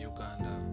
Uganda